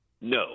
no